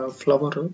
flower